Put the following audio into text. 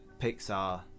Pixar